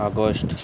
August